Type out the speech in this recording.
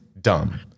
Dumb